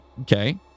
Okay